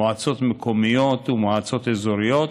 מועצות מקומיות ומועצות אזוריות,